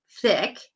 thick